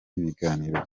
ibiganiro